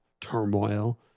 turmoil